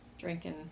drinking